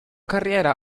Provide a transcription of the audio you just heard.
carriera